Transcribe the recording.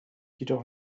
jedoch